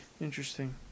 Interesting